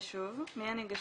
ושוב, מי הניגשים?